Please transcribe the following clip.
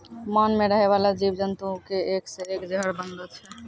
मान मे रहै बाला जिव जन्तु के एक से एक जहर बनलो छै